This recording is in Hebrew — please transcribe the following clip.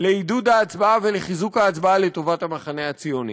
לעידוד ההצבעה ולחיזוק ההצבעה לטובת המחנה הציוני.